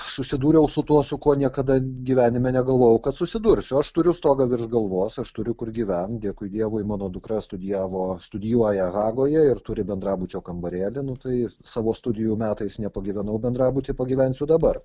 susidūriau su tuo su kuo niekada gyvenime negalvojau kad susidursiu aš turiu stogą virš galvos aš turiu kur gyvent dėkui dievui mano dukra studijavo studijuoja hagoje ir turi bendrabučio kambarėlį nu tai savo studijų metais nepagyvenau bendrabuty pagyvensiu dabar